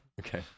Okay